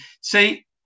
See